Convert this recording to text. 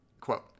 quote